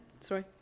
sorry